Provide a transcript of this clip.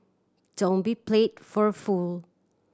don't be play for fool